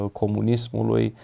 comunismului